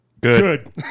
Good